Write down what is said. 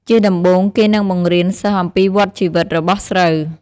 ជាដំបូង គេនឹងបង្រៀនសិស្សអំពីវដ្តជីវិតរបស់ស្រូវ។